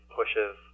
pushes